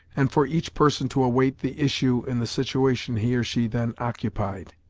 and for each person to await the issue in the situation he or she then occupied.